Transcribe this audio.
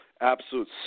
Absolute